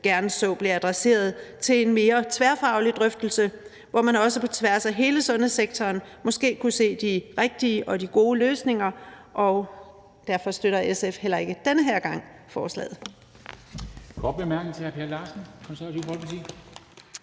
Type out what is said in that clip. i stedet blev adresseret til en mere tværfaglig drøftelse, hvor man også på tværs af hele sundhedssektoren måske kunne se de rigtige og de gode løsninger. Derfor støtter SF heller ikke denne gang forslaget.